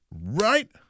Right